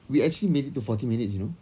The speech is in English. we actually made it to forty minutes you know